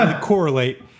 correlate